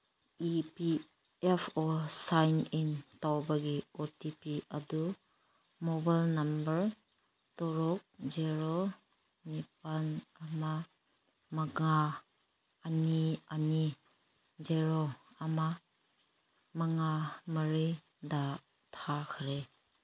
E P F O ꯁꯥꯏꯟꯏꯟ ꯇꯧꯕꯒꯤ O T P ꯑꯗꯨ ꯃꯣꯕꯥꯏꯜ ꯅꯝꯕꯔ ꯇꯔꯨꯛ ꯖꯦꯔꯣ ꯅꯤꯄꯥꯟ ꯑꯃ ꯃꯉꯥ ꯑꯅꯤ ꯑꯅꯤ ꯖꯦꯔꯣ ꯑꯃ ꯃꯉꯥ ꯃꯔꯤꯗ ꯊꯥꯈꯔꯦ